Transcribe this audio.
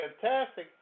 fantastic